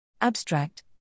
Abstract